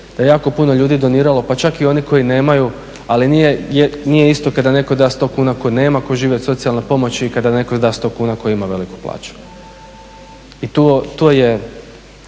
da je jako puno ljudi doniralo, pa čak i oni koji nemaju ali nije isto kada netko da 100 kuna tko nema, tko živi od socijalne pomoći i kada netko da 100 kuna tko ima veliku plaću. I to je